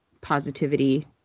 positivity